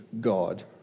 God